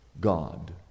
God